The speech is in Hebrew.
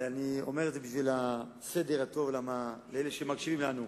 אני אומר את זה בשביל הסדר הטוב למען אלה שמקשיבים לנו.